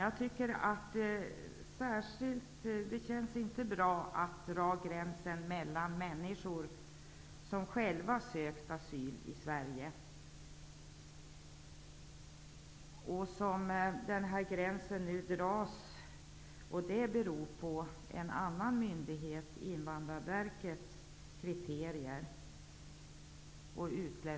Jag tycker inte att det känns bra att dra gränsen mellan människor som själva sökt asyl i Sverige när gränsen är beroende av en annan myndighets -- kriterier.